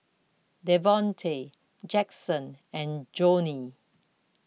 Devonte Jaxson and Joanie